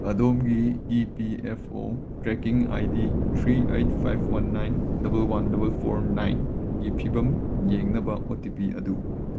ꯑꯗꯣꯝꯒꯤ E P F O tracking I D three eight five one nine double one double four ꯅꯥꯏꯟꯒꯤ ꯐꯤꯚꯝ ꯌꯦꯡꯅꯕ O T P ꯑꯗꯨ